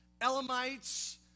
Elamites